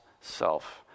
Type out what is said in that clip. self